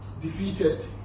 Defeated